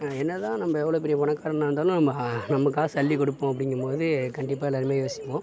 என்னதான் நம்ம எவ்வளவு பெரிய பணக்காரனாக இருந்தாலும் நம்ம காசை அள்ளிக் கொடுப்போம் அப்படிங்கும் போது கண்டிப்பாக எல்லாருமே யோசிப்போம்